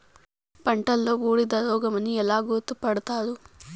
పంటలో బూడిద రోగమని ఎలా గుర్తుపడతారు?